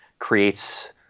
creates